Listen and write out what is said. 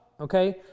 okay